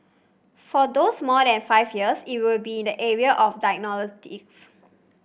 for those more than five years it would be in the area of diagnostics